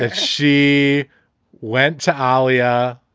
ah she went to alyea,